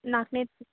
ನಾಲ್ಕನೇದು